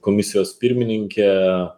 komisijos pirmininkė